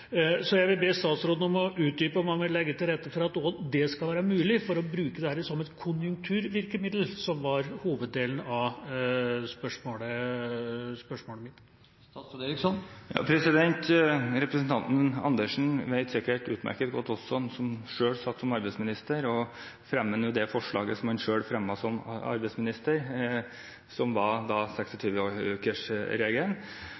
Jeg vil be statsråden utdype om han vil legge til rette for at også det skal være mulig for å bruke dette som et konjunkturvirkemiddel, som var hoveddelen av spørsmålet mitt. Representanten Andersen vet det sikkert utmerket godt også fra da han selv satt som arbeidsminister, og foreslår nå det som han selv foreslo som arbeidsminister når det gjaldt 26-ukersregelen. Men situasjonen i arbeidslivet og næringslivet var litt annerledes konjunktursammensatt da